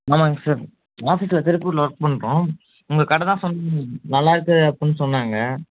ஆமாம்ங்க சார் ஆஃபிஸில் திருப்பூரில் ஒர்க் பண்ணுறோம் உங்கள் கடைதான் சொன் நல்லாருக்கு அப்புடினு சொன்னாங்க